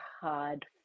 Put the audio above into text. hard